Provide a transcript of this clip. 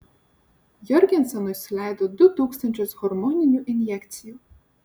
jorgensenui suleido du tūkstančius hormoninių injekcijų